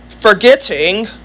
forgetting